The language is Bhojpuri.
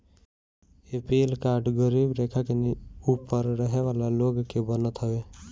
ए.पी.एल कार्ड गरीबी रेखा के ऊपर रहे वाला लोग के बनत हवे